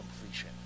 completion